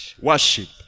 worship